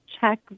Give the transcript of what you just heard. check